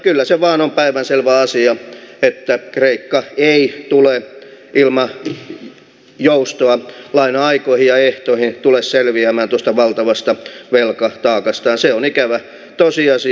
kyllä se vain on päivänselvä asia että kreikka ei tule ilman joustoa laina aikoihin ja ehtoihin selviämään tuosta valtavasta velkataakastaan se on ikävä tosiasia